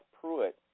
Pruitt